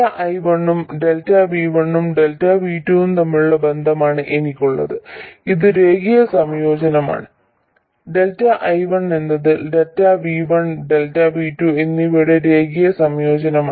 ΔI1 ഉം ΔV1 ഉം ΔV2 ഉം തമ്മിലുള്ള ബന്ധമാണ് എനിക്കുള്ളത് ഇത് രേഖീയ സംയോജനമാണ് ΔI1 എന്നത് ΔV1 ΔV2 എന്നിവയുടെ രേഖീയ സംയോജനമാണ്